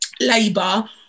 Labour